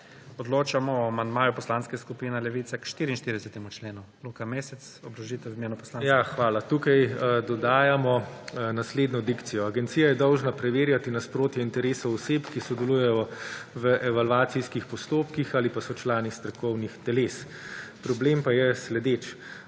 Odločamo o amandmaju Poslanske skupine Levica k 44. členu. Luka Mesec ima obrazložitev v imenu poslanske skupine. LUKA MESEC (PS Levica): Hvala. Tukaj dodajamo naslednjo dikcijo: Agencija je dolžna preverjati nasprotja interesov oseb, ki sodelujejo v evalvacijskih postopkih ali pa so člani strokovnih teles. Problem pa je sledeč,